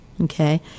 Okay